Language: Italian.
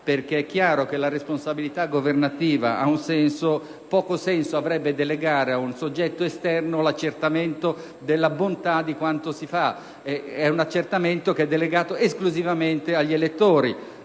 È chiaro che la responsabilità governativa ha un senso: poco senso avrebbe delegare ad un soggetto esterno l'accertamento della bontà di quanto si fa. È un accertamento delegato esclusivamente al Governo